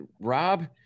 rob